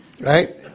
Right